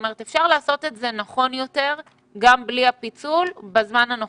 אפשר לעשות את זה נכון יותר גם בלי הפיצול בזמן הנוכחי.